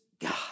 God